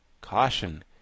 CAUTION